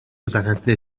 زننده